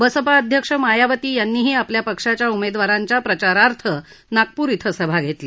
बसपा अध्यक्ष मायावती यांनीही आपल्या पक्षाच्या उमेदवारांच्या प्रचारार्थ नागपूर इथं सभा घेतली